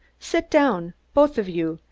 sit down, both of you,